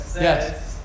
Yes